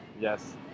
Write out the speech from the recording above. Yes